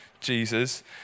Jesus